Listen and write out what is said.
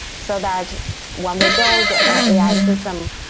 so that when we build ai system,